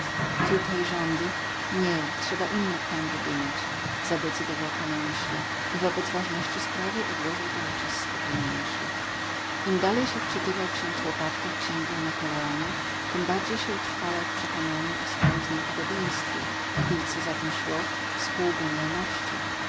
tej rządy nie trzeba inny plan wydumać zadecydował po namyśle i wobec ważności sprawy odłożył to na czas spokojniejszy im dalej się wczytywał ksiądz łopatka w księgi o napoleonie tym bardziej się utrwalał w przekonaniu o swoim z nim podobieństwie i co za tym szło